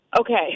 Okay